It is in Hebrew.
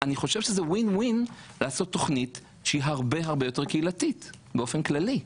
אני חושב שזה win win לעשות תוכנית שהיא הרבה יותר קהילתית באופן כללי.